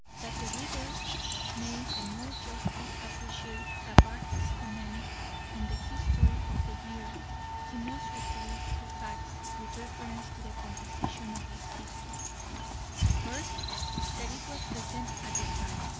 that the reader may the more justly appreciate gabarty's comment on the history of the year he must recall two facts with reference to the composition of his history first that it was written at the time.